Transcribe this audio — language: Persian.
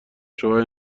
شعاع